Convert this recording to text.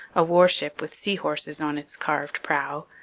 a warship with sea horses on its carved prow,